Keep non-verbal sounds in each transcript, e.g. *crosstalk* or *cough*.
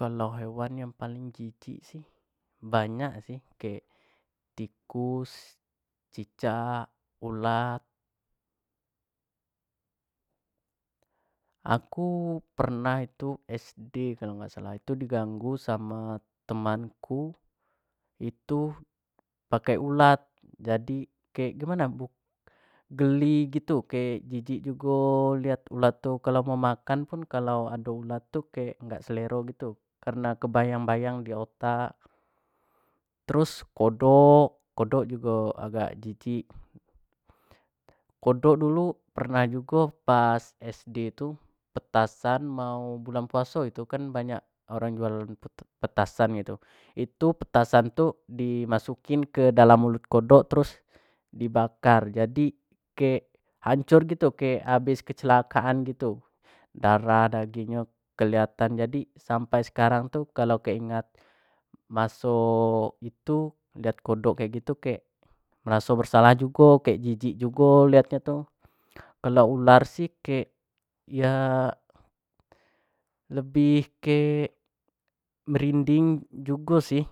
kalau hewan yang paling jijik sih banyak sih kayak tikus, cicak, ulat aku pernah itu sd kalua dak salah itu di ganggu sama teman ku itu pakai ulat itu jadi kek gimana geli gitu kek jijik jugo lihat ulat tu kalo mau makan kalo ado ulat tu kek dak selero gitu, karena kebayang-bayang di otak, terus kodok, kodok jugo agak jijik kodok dulu pernah jugo pas sd tu petasan mau bulan puaso itu kan banyak orang jual petasan gitu, itu petasan itu di masukin ke dalam mulut kodok terus di bakar jadi kek hancur gitu kek habis kecelakaan gitu darah daging nyo kelihatan jadi sampai sekarang tu kalua ke ingat maso itu lihat kodok kek gitu kek meraso bersalah jugo, kek jijik jugo lihat nyo tu, kalau ular sih iya lebih ke merinding jugo sih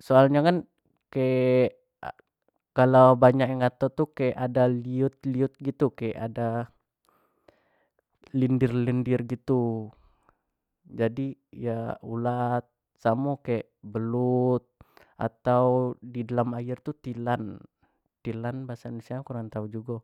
soal nyo kek *hesitation* banyak yang ngato tu kek ada liut-liut gitu kek ada lendir-lendir gitu jadi ya ulat samo kek belut atau di dalam aer tu tilan, tilan bahasa indonesia kurang tau jugo.